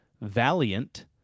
valiant